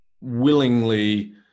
willingly